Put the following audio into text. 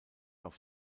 auf